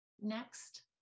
next